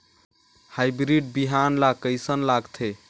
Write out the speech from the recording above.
Hybrid बिहान ला कइसन लगाथे?